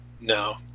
no